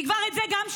את זה כבר שמעתי,